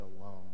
alone